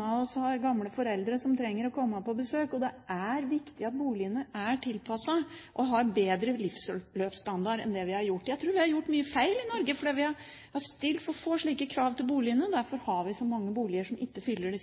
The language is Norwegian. av oss har gamle foreldre som trenger å komme på besøk, og det er viktig at boligene er tilpasset og har bedre livsløpsstandard enn det vi har hatt. Jeg tror vi har gjort mye feil i Norge. Vi har stilt for få slike krav til boligene, og derfor har vi så mange boliger som ikke fyller